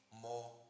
more